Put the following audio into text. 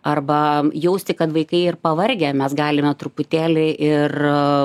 arba jausti kad vaikai ir pavargę mes galime truputėlį ir